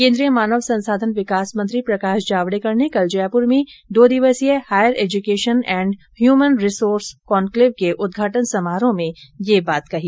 केंद्रीय मानव संसाधन विकास मंत्री प्रकाश जावड़े कर ने कल जयपुर में दो दिवसीय higher education and human resource conclave के उद्घाटन समारोह में ये बात कही